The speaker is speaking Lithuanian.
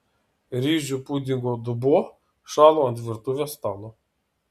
ryžių pudingo dubuo šalo ant virtuvės stalo